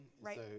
Right